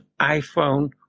iPhone